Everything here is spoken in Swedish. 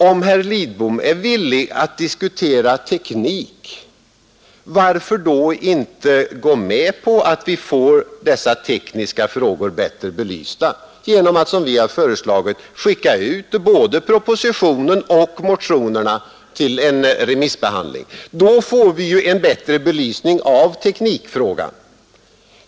Om herr Lidbom är villig att diskutera teknik, varför då inte gå med på att låta dessa tekniska frågor bli bättre belysta genom att, som vi har föreslagit, skicka ut både propositionen och motionerna till en remissbehandling? Då får vi ju en bättre belysning av de tekniska frågorna.